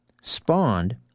spawned